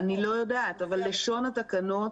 אני לא יודעת אבל לשון התקנות לאורך כל